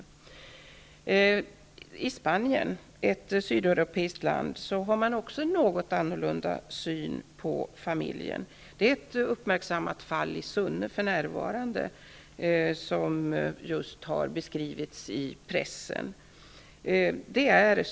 Också i Spanien, ett sydeuropeiskt land, har man en något annorlunda syn på familjen. Detta har blivit aktuellt genom ett för närvarande uppmärksammat fall i Sunne, som har beskrivits i pressen.